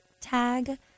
tag